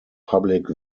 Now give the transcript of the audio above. public